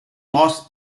laws